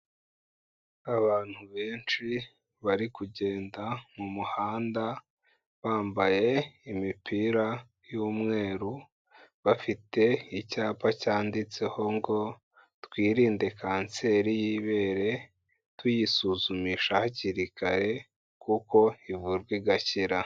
Abantu benshi bari kugenda mu muhanda, bambaye imipira y'umweru, bafite icyapa cyanditseho ngo "Twirinde kanseri y'ibere, tuyisuzumisha hakiri kare kuko ivurwa igakira."